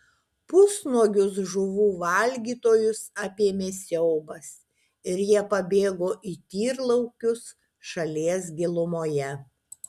pusnuogius žuvų valgytojus apėmė siaubas ir jie pabėgo į tyrlaukius šalies gilumoje